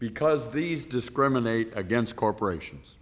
because these discriminate against corporations